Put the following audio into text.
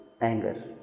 anger